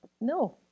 No